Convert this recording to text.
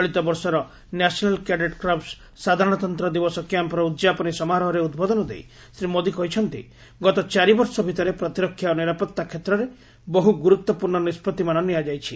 ଚଳିତ ବର୍ଷର national cadet corps ସାଧାରଣତନ୍ତ୍ର ଦିବସ କ୍ୟାମ୍ପ୍ର ଉଦ୍ଯାପନୀ ସମାରୋହରେ ଉଦ୍ବୋଧନ ଦେଇ ଶ୍ରୀ ମୋଦି କହିଛନ୍ତି ଗତ ଚାରି ବର୍ଷ ଭିତରେ ପ୍ରତିରକ୍ଷା ଓ ନିରାପତ୍ତା କ୍ଷେତ୍ରରେ ବହୁ ଗୁରୁତ୍ୱପୂର୍ଣ୍ଣ ନିଷ୍କଭିମାନ ନିଆଯାଇଛି